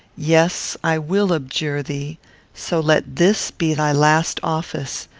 yes i will abjure thee so let this be thy last office,